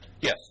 Yes